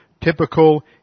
typical